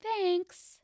Thanks